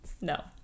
No